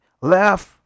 left